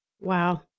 Wow